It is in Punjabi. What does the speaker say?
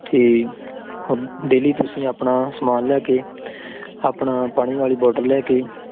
ਠੀਕ ਹੁਣ ਡੇਲੀ ਤੁਸੀਂ ਆਪਣਾ ਸਮਾਨ ਲੈ ਕੇ ਆਪਣਾ ਪਾਣੀ ਵਾਲੀ ਬੋਟਲ ਲੈ ਕੇ